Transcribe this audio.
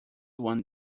one